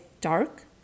dark